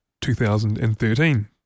2013